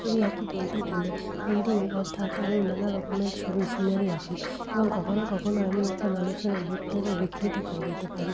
ছবি আঁকি বলতে গেলে প্রিন্টিং অর্থাৎ আমি নানা রকমের ছবি সিনারি আঁকি এবং কখনও কখনও আমি একটা মানুষের মুখটাকেও বিকৃত করে দিতে পারি